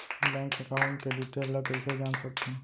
Bank account के detail ल कइसे जान सकथन?